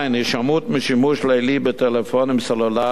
הימנעות משימוש לילי בטלפונים סלולריים,